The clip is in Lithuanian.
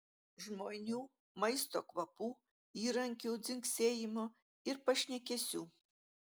žmonių maisto kvapų įrankių dzingsėjimo ir pašnekesių